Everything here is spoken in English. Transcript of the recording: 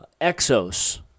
Exos